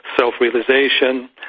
self-realization